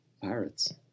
pirates